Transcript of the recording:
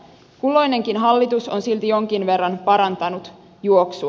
kulloinenkin hallitus on silti jonkin verran parantanut juoksua